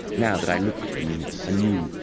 now that i looked at them in a new,